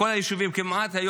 בכל היישובים כמעט.